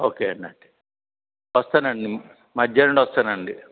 ఒకే అండి వస్తాను అండి మధ్యాహ్నం నుండి వస్తాను